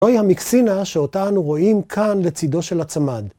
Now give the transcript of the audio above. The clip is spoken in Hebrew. זו היא המקסינה שאותה אנו רואים כאן לצידו של הצמד.